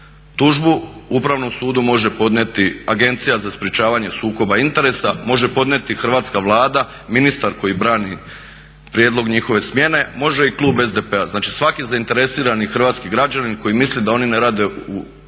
Tužbu Upravnom sudu može podnijeti Agencija za sprečavanje sukoba interesa, može podnijeti hrvatska Vlada, ministar koji brani prijedlog njihove smjene, može i klub SDP-a. znači svaki zainteresirani hrvatski građanin koji misli da oni ne rade u